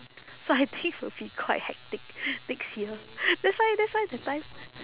so I think will be quite hectic next year that's why that's why that time